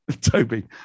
Toby